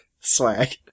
Swag